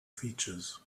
features